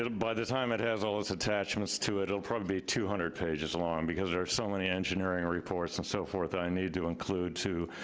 by the time it has all those attachments to it, it'll probably two hundred pages long, because there's so many engineering reports and so forth i need to include too,